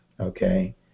okay